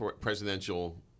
Presidential